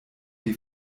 die